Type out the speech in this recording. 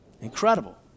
Incredible